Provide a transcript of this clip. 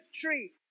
tree